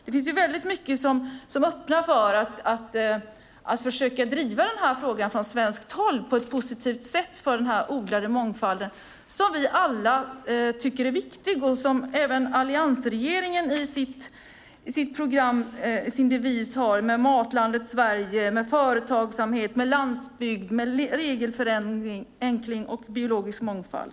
Det finns mycket som öppnar för att man från svenskt håll försöker driva denna fråga om den odlade mångfalden, som vi alla tycker är viktig, på ett positivt sätt. Även alliansregeringen har detta som devis i sitt program med Matlandet Sverige, med företagsamhet, med landsbygd och med regelförenkling och biologisk mångfald.